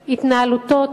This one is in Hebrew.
התנהלותו,